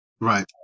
Right